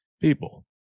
people